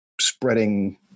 spreading